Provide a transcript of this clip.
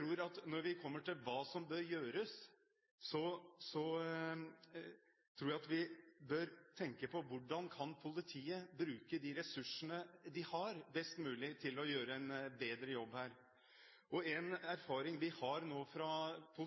Når vi kommer til hva som bør gjøres, tror jeg vi bør tenke på hvordan politiet best mulig kan bruke de ressursene de har, for å gjøre en bedre jobb her. En erfaring vi nå har